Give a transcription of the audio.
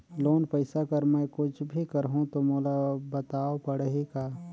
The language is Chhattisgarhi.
लोन पइसा कर मै कुछ भी करहु तो मोला बताव पड़ही का?